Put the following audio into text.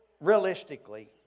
realistically